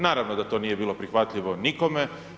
Naravno da to nije bilo prihvatljivo nikome.